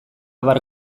abar